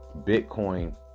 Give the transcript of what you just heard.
Bitcoin